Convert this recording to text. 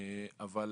אבל